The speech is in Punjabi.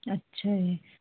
ਅੱਛਾ ਜੀ